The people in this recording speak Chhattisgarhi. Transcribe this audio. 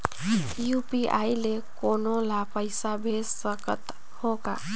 यू.पी.आई ले कोनो ला पइसा भेज सकत हों का?